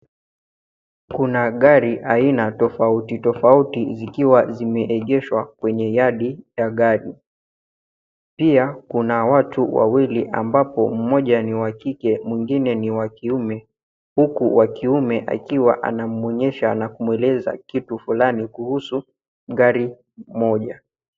Kuna gari aina tofauti tofauti zikiwa zimeegeshwa kwenye yadi ya gari. Pia kuna watu wawili ambapo mmoja ni wa kike, mwingine ni wa kiume, huku wa kiume akiwa anamwonyesha na kumweleza kitu fulani kuhusu gari moja.